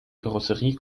karosserie